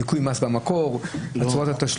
לקחתם את מה שאמר מלצר וכתבתם בחוק?